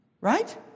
Right